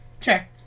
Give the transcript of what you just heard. Sure